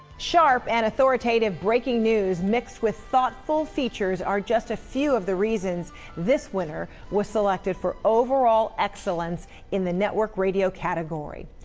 sharp and authoritative breaking news mixed with thoughtful features are just a few of the reasons this winner was selected for overall excellence in the network radio category.